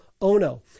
Ono